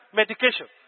medication